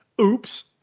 Oops